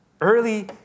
early